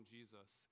Jesus